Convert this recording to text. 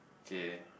okay